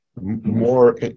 more